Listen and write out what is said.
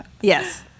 Yes